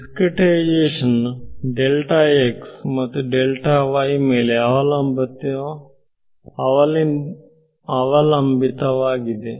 discretisation delta x ಮತ್ತು delta y ಮೇಲೆ ಅವಲಂಬಿತವಾಗಿ ವಾಗಿದೆ